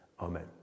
Amen